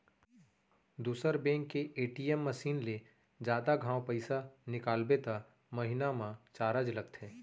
दूसर बेंक के ATM machine ले जादा घांव पइसा निकालबे त महिना म चारज लगथे